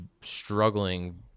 struggling